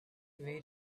well